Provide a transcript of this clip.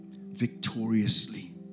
victoriously